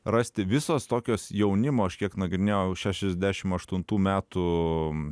rasti visos tokios jaunimo aš kiek nagrinėjau šešiasdešim aštuntų metų